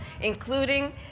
including